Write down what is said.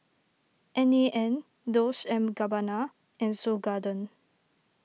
N A N Dolce and Gabbana and Seoul Garden